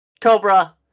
Cobra